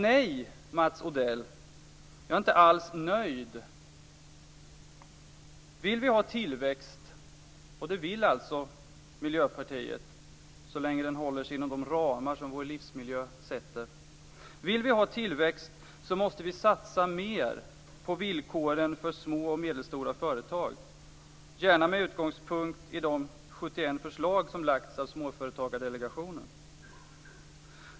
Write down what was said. Nej, Mats Odell, jag är inte alls nöjd. Vill vi ha tillväxt - det vill alltså Miljöpartiet så länge den håller sig inom de ramar som vår livsmiljö sätter - måste vi satsa mer på villkoren för små och medelstora företag, gärna med utgångspunkt i de 71 förslag som lagts fram av Småföretagardelegationen.